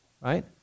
right